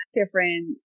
different